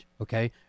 okay